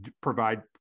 provide